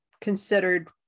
considered